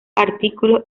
artículos